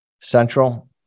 Central